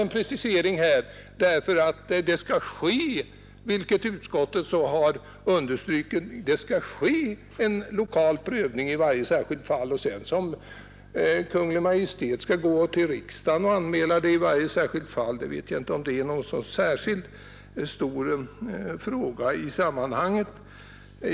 Det skall nämligen, vilket utskottet också har understrukit, ske en lokal prövning i varje särskilt fall. Jag vet inte heller om det är speciellt angeläget att Kungl. Maj:t skall anmäla varje särskilt fall för riksdagen.